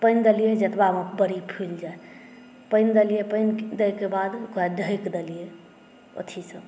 पानि देलियै जतबामे बड़ी फूलि जाइ पानि देलियै पानि दै के बाद ओकरा ढकि देलियै अथीसॅं